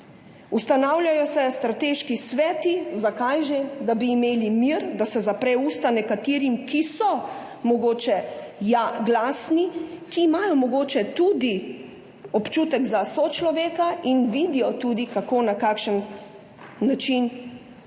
Ustanavljajo se strateški sveti, za kaj že? Da bi imeli mir, da se zapre usta nekaterim, ki so mogoče glasni, ki imajo mogoče tudi občutek za sočloveka in vidijo tudi kako, na kakšen način reševati